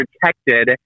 protected